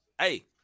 hey